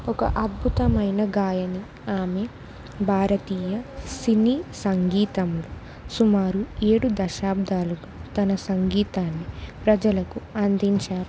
ఒక అద్భుతమైన గాయని ఆమె భారతీయ సినీ సంగీతంలో సుమారు ఏడు దశాబ్దాలు తన సంగీతాన్ని ప్రజలకు అందించారు